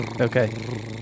Okay